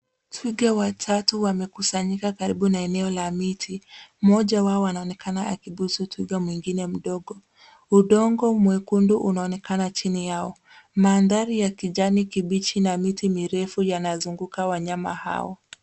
Twiga watatu wamekusanyika karibu na eneo la miti, mmoja wao anaonekana akibusu twiga mwingine mdogo. Udongo mwekundu unaonekana chini yao. Mandhari ya kijani kibichi na miti mirefu yanazunguka wanyama hao.